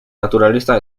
naturalista